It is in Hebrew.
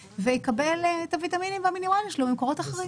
ויקבל את הוויטמינים והמינרלים שלו ממקורות אחרים.